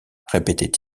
répétait